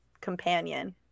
Companion